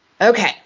Okay